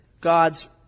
God's